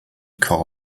call